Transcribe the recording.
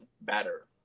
better